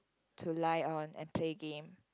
to lie on and play game